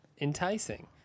enticing